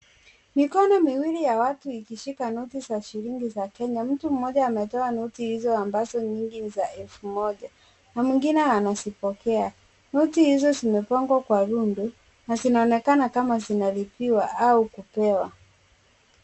Mikono miwili ya watu ikishika noti za shilingi za Kenya, mtu mmoja ametoa noti hizo ambazo nyingi ni za elfu moja na mwingine anazipokea, noti hizo zimepangwa kwa rundo na zinaonekana kama zinalipiwa au kupewa.